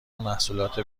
محصولات